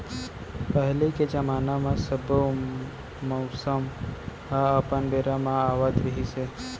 पहिली के जमाना म सब्बो मउसम ह अपन बेरा म आवत रिहिस हे